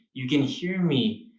you can hear me.